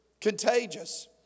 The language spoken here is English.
contagious